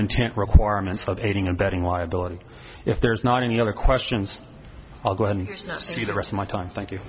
intent requirements of aiding abetting liability if there's not any other questions i'll go ahead and see the rest of my time thank you